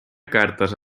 cartes